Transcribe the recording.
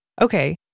okay